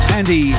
Andy